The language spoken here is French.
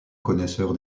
connaisseur